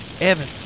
Evan